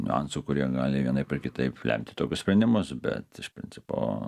niuansų kurie gali vienaip ar kitaip lemti tokius sprendimus bet iš principo